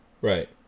Right